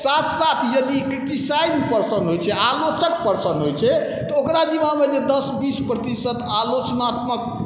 साथ साथ यदि क्रिटिसाइज पर्सन होइ छै आलोचक पर्सन होइ छै तऽ ओकरा जिम्मामे दस बस प्रतिशत आलोचनात्मक